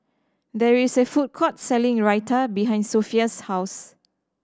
there is a food court selling Raita behind Sophia's house